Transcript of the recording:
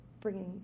bringing